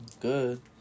good